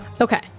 Okay